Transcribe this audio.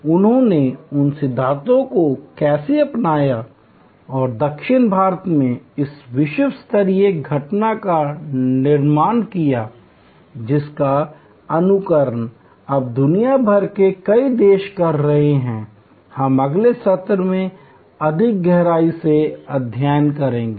उन्होंने उन सिद्धांतों को कैसे अपनाया और दक्षिण भारत में इस विश्व स्तरीय घटना का निर्माण किया जिसका अनुकरण अब दुनिया भर के कई देश कर रहे हैं हम अगले सत्र में अधिक गहराई से अध्ययन करेंगे